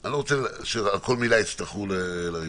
אני לא רוצה שעל כל מילה יצטרכו לריב.